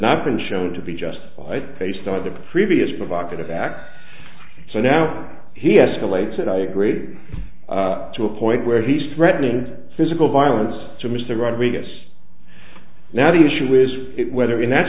not been shown to be justified based on the previous provocative act so now he escalates it i agree to a point where he's threatening physical violence to mr rodriguez now the issue is whether in that